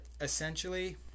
essentially